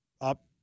up